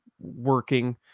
working